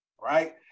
right